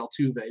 Altuve